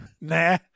Nah